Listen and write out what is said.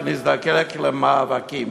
שנזדקק למאבקים.